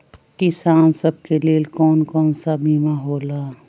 किसान सब के लेल कौन कौन सा बीमा होला?